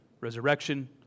Resurrection